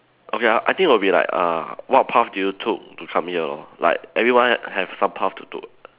okay I I think it will be like err what path did you took to come here lor like everyone ha~ have some path to took